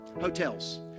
hotels